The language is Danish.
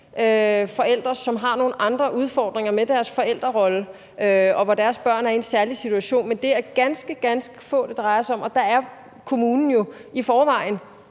forældre, som har nogle andre udfordringer med deres forældrerolle, og hvor deres børn er i en særlig situation. Men det er ganske, ganske få, det drejer sig om, og der er kommunen jo i forvejen,